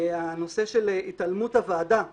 הנושא של התעלמות של